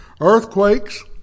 earthquakes